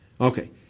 Okay